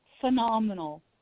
phenomenal